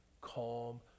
calm